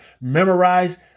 memorize